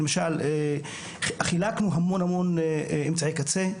חילקנו המון אמצעי קצה,